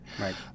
Right